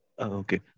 Okay